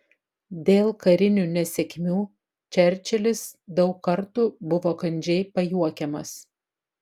dėl karinių nesėkmių čerčilis daug kartų buvo kandžiai pajuokiamas